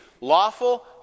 Lawful